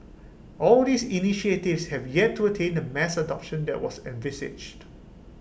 all these initiatives have yet to attain the mass adoption that was envisaged